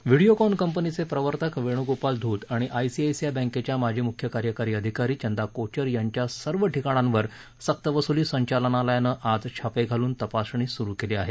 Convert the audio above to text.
व्हिडिओकॉन कंपनीचे प्रवर्तक वेणूगोपाल धूत आणि आयसीआयसीआय बँकेच्या माजी मुख्य कार्यकारी अधिकारी चंदा कोचर यांच्या सर्व ठिकाणांवर सक्तवसूली संचालनालयानं आज छापे घालून तपासणी सुरू केली आहे